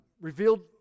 revealed